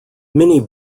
mini